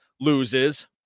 loses